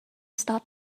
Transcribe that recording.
stop